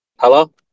Hello